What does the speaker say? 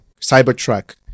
Cybertruck